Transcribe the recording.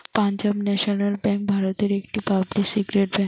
Punjab national bank ভারতের একটি public sector bank